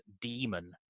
demon